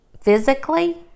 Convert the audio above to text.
physically